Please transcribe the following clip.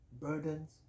burdens